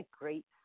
great